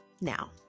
Now